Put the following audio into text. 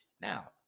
Now